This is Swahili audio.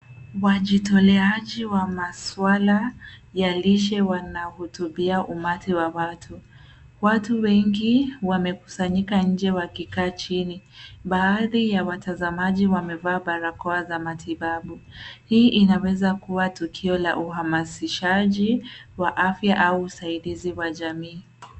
Wajitoleaji wa maswala ya lishe wanahutubia umati wa watu. Watu wengi wamekusanyika nje wakikaa chini, baadhi ya watazamaji wamevaa barakoa za matibabu. Hii inaweza kuwa tukio la uhamasishaji wa afya au usaidizi wa jamii.